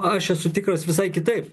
aš esu tikras visai kitaip